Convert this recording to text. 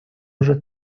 уже